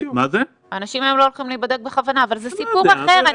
אבל זה סיפור אחר.